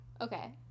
okay